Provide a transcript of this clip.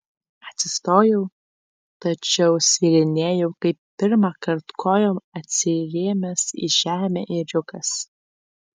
atsistojau tačiau svyrinėjau kaip pirmąkart kojom atsirėmęs į žemę ėriukas